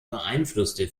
beeinflusste